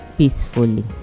Peacefully